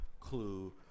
clue